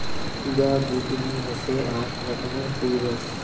কুরা বুদনি হসে আক রকমের ফুল গাছ